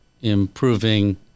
improving